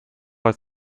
als